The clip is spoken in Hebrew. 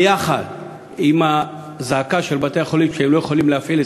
יחד עם הזעקה של בתי-החולים שהם לא יכולים להפעיל את